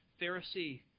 Pharisee